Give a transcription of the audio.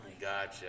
Gotcha